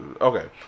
okay